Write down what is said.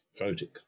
photic